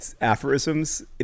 aphorisms